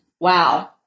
wow